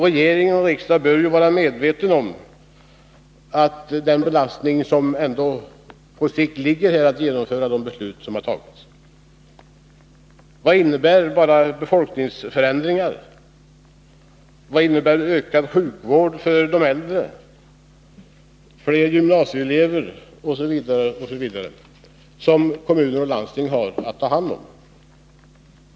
Regeringen och riksdagen bör vara medvetna om den belastning som det på sikt innebär att genomföra de beslut som fattats. Vad innebär bara befolkningsförändringar, ökad sjukvård för äldre, fler gymnasieplatser osv. för utgiftsåtaganden framöver?